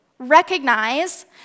recognize